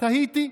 תהיתי.